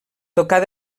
tocar